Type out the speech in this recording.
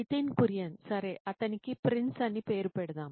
నితిన్ కురియన్ సరే అతనికి ప్రిన్స్ అని పేరు పెడదాం